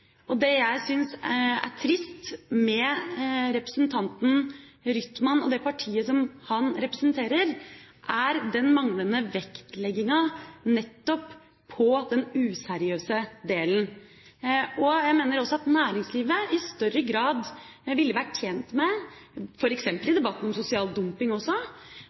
bransjen. Det jeg syns er trist med representanten Rytman og det partiet han representerer, er den manglende vektlegginga nettopp på den useriøse delen. Jeg mener at næringslivet i større grad ville vært tjent med – f.eks. i debatten om sosial dumping